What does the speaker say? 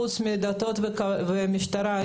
חוץ מן המשרד לשירותי דת ומן המשטרה,